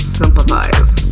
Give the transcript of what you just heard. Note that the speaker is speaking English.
sympathize